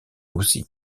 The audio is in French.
aussi